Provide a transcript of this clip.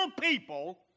people